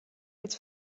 als